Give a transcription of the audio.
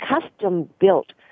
custom-built